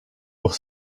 pour